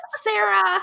Sarah